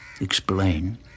Explain